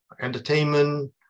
entertainment